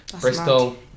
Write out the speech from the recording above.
Bristol